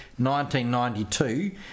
1992